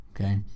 okay